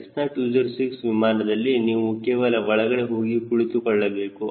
Cessna 206 ವಿಮಾನದಲ್ಲಿ ನೀವು ಕೇವಲ ಒಳಗಡೆ ಹೋಗಿ ಕುಳಿತುಕೊಳ್ಳಬೇಕು